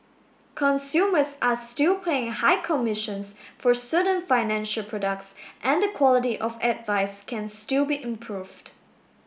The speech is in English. consumers are still paying high commissions for certain financial products and the quality of advice can still be improved